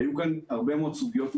היו כאן הרבה מאוד סוגיות מורכבות,